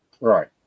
Right